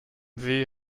see